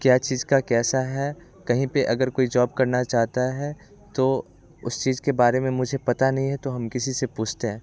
क्या चीज का कैसा है कहीं पे अगर कोई जॉब करना चाहता है तो उस चीज के बारे में मुझे पता नहीं तो हम किसी से पूछते हैं